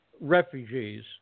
refugees